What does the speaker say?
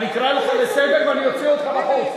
אני אקרא לך לסדר ואוציא אותך בחוץ.